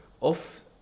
off